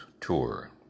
tour